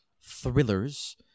thrillers